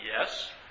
Yes